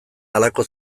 halako